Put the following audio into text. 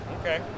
Okay